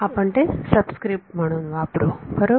आपण ते सबस्क्रिप्ट म्हणून वापरू बरोबर